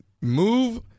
move